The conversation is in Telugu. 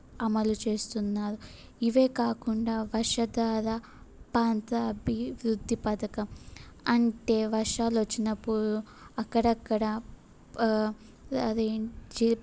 అమలు చేస్తున్నారు ఇవే కాకుండా వర్షధార పంట అభివృద్ధి పథకం అంటే వర్షాలు వచ్చినప్పుడు అక్కడక్కడ పా అది చే